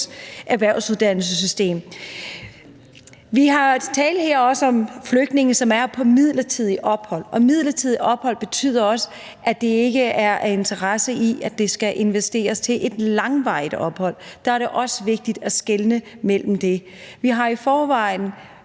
erhvervsuddannelsessystem. Der er her tale om flygtninge, som er på midlertidigt ophold, og midlertidigt ophold betyder også, at der ikke er interesse i, at det skal blive en investering og et langvarigt ophold. Der er det også vigtigt at skelne mellem det. Vi har brug